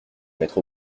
mettre